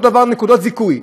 אותו דבר נקודות זיכוי.